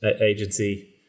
agency